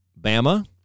Bama